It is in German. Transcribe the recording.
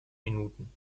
minuten